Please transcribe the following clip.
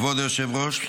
כבוד היושב-ראש,